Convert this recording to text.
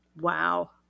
Wow